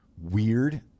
weird